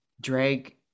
drag